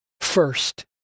First